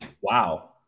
wow